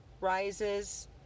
rises